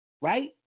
right